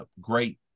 great